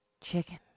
chicken